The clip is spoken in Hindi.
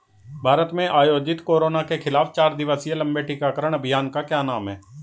भारत में आयोजित कोरोना के खिलाफ चार दिवसीय लंबे टीकाकरण अभियान का क्या नाम है?